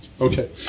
Okay